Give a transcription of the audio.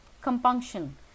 compunction